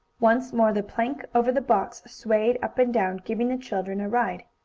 once more the plank over the box swayed up and down, giving the children a ride.